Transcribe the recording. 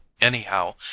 anyhow